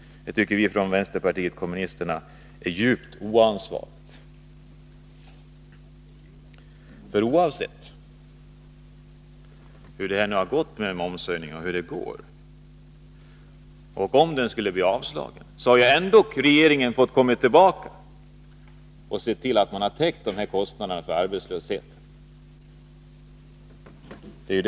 Det tycker vi från vänsterpartiet kommunisterna är djupt oansvarigt. Oavsett hur det går med momshöjningen, och om den inte skulle bli avslagen, hade ändå regeringen fått återkomma och se till att kostnaderna för den ökade arbetslösheten blivit täckta.